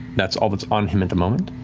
that's all that's on him at the moment.